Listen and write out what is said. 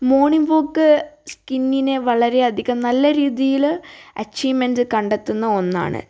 morning walk സ്കിന്നിന് വളരെയധികം നല്ല രീതിയിൽ അച്ചീവ്മെൻറ് കണ്ടെത്തുന്ന ഒന്നാണ്